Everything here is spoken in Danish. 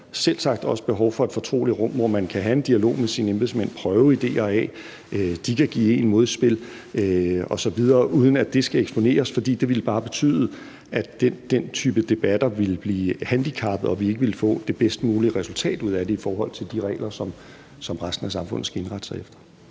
selvsagt også er behov for et fortroligt rum, hvor man kan have en dialog med sine embedsmænd, prøve idéer af, at de kan give en modspil osv., uden at det skal eksponeres. For det ville bare betyde, at den type debatter ville blive handicappet, og at vi ikke ville få det bedst mulige resultat ud af det i forhold til de regler, som resten af samfundet skal indrette sig efter.